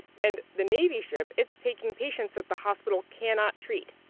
and the navy ship, it's taking patients that the hospital cannot treat.